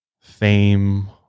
fame